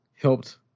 helped